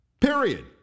Period